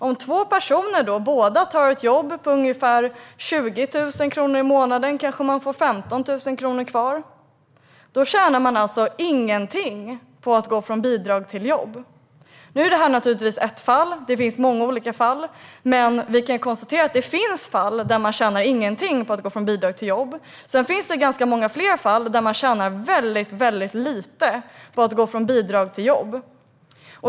Låt oss säga att två personer tar ett jobb som ger ungefär 20 000 kronor i månaden! Då kanske de får 15 000 kronor kvar. Då tjänar de alltså ingenting på att gå från bidrag till jobb. Detta är naturligtvis ett fall. Det finns många olika fall. Men vi kan konstatera att det finns fall där man inte tjänar någonting på att gå från bidrag till jobb. Sedan finns det ganska många fler fall där man tjänar väldigt lite på att gå från bidrag till jobb.